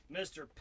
Mr